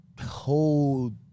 whole